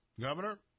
Governor